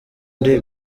kdi